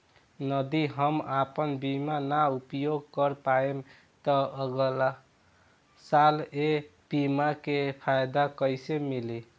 यदि हम आपन बीमा ना उपयोग कर पाएम त अगलासाल ए बीमा के फाइदा कइसे मिली?